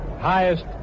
highest